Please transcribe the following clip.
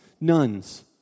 nuns